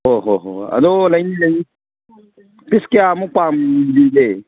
ꯍꯣ ꯍꯣ ꯍꯣ ꯑꯗꯣ ꯂꯩꯅꯤ ꯂꯩꯅꯤ ꯄꯤꯁ ꯀꯌꯥꯃꯨꯛ ꯄꯥꯝꯕꯤꯒꯦ